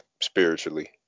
spiritually